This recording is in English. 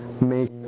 make